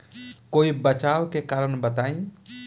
कोई बचाव के कारण बताई?